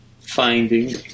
finding